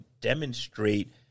demonstrate